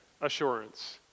assurance